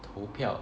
投票